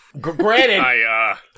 Granted